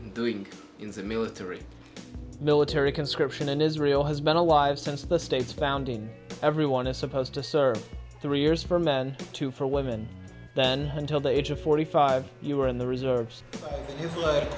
been doing since the military military conscription in israel has been alive since the state's founding everyone is supposed to serve three years for men too for women then until the age of forty five you were in the reserves